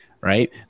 right